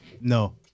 No